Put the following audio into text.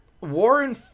Warren